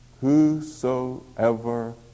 Whosoever